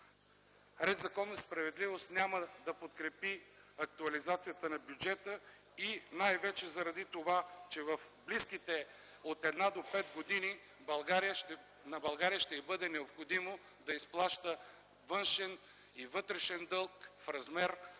„Ред, законност и справедливост” няма да подкрепи актуализацията на бюджета и най-вече заради това, че в близките от една до пет години на България ще й бъде необходимо да изплаща външен и вътрешен дълг в размер